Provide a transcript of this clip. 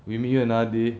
we meet you another day